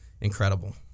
incredible